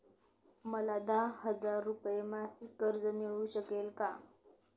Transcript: मला दहा हजार रुपये मासिक कर्ज मिळू शकेल का?